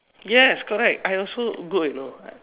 yes correct I also good you know